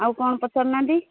ଆଉ କ'ଣ ପଚାରୁନାହାନ୍ତି